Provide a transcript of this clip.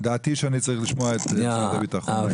דעתי היא שאני צריך לשמוע את משרד הביטחון.